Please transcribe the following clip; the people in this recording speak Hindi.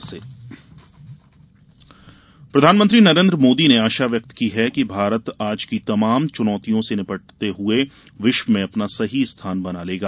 मोदी प्रधानमंत्री नरेन्द्रर मोदी ने आशा व्यक्त की है कि भारत आज की तमाम चुनौतियों से निपटते हुए विश्व में अपना सही स्थान बना लेगा